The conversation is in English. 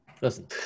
Listen